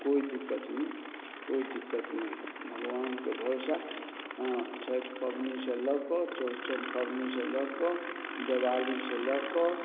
कोइ दिक्कत नहि कोइ दिक्कत नहि भगवानपर भरोसा हँ छैठ पबनीसँ लअ कऽ चौरचन पबनीसँ लअ कऽ दीवालीसँ लअ कऽ